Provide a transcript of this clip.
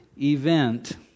event